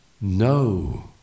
No